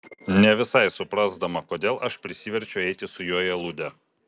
ne visai suprasdama kodėl aš prisiverčiu eiti su juo į aludę